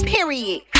Period